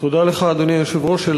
תודה, אדוני היושב-ראש.